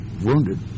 wounded